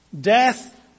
Death